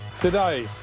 Today